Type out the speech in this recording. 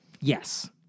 Yes